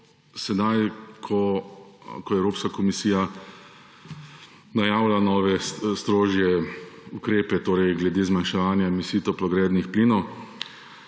sedaj, ko Evropska komisija najavlja nove strožje ukrepe, torej glede zmanjševanja emisij toplogrednih plinov,